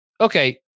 okay